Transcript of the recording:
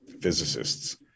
physicists